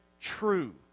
true